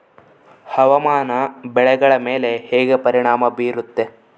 ಹವಾಮಾನ ಬೆಳೆಗಳ ಮೇಲೆ ಹೇಗೆ ಪರಿಣಾಮ ಬೇರುತ್ತೆ?